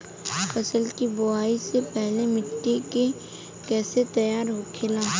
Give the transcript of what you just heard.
फसल की बुवाई से पहले मिट्टी की कैसे तैयार होखेला?